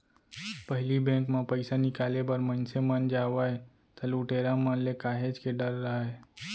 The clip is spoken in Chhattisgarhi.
पहिली बेंक म पइसा निकाले बर मनसे मन जावय त लुटेरा मन ले काहेच के डर राहय